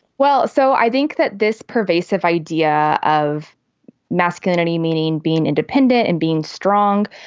well, so i think that this pervasive idea of masculinity, meaning being independent and being strong,